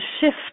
shift